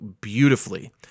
beautifully